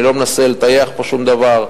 אני לא מנסה לטייח כאן שום דבר,